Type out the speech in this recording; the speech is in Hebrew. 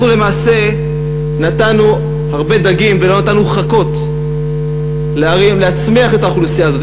אנחנו למעשה נתנו הרבה דגים ולא נתנו חכות להצמיח את האוכלוסייה הזאת.